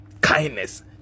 kindness